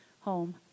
home